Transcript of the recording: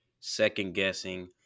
second-guessing